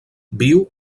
viu